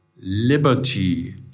liberty